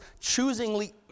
choosingly